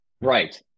Right